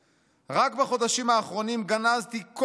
רק בחודשים האחרונים גנזתי כל חוק